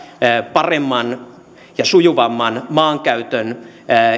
paremman ja sujuvamman maankäytön